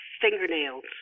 fingernails